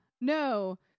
No